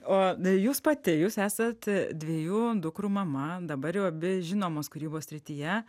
o jūs pati jūs esat dviejų dukrų mama dabar jau abi žinomos kūrybos srityje